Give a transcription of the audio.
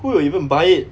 who will even buy it